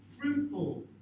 fruitful